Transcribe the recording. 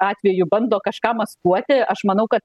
atveju bando kažką maskuoti aš manau kad